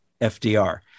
FDR